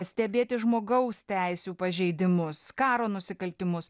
stebėti žmogaus teisių pažeidimus karo nusikaltimus